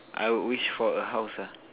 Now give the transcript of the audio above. I would wish for a house ah